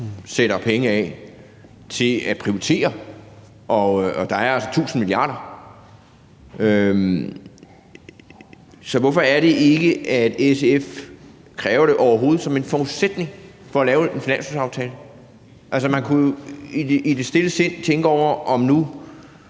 sætter penge af til at prioritere, og der er altså 1.000 mia. kr. Så hvorfor er det, at SF overhovedet ikke kræver det som en forudsætning for at lave en finanslovsaftale? Man kunne jo i sit stille sind tænke, at SF